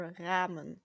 ramen